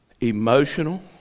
emotional